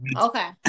okay